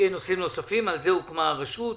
נושאים נוספים על זה הוקמה הרשות,